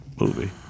movie